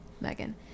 Megan